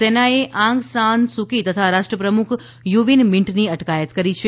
સેનાએ Aung San Suu Kyi તથા રાષ્ટ્ર પ્રમુખ યુ વીન મીંટની અટકાયત કરી છે